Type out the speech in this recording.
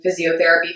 physiotherapy